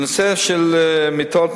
בנושא של מיטות,